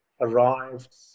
arrived